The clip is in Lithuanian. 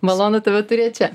malonu tave turėt čia